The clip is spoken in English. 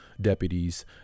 deputies